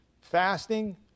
Fasting